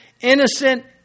innocent